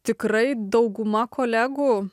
tikrai dauguma kolegų